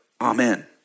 amen